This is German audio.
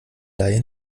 laie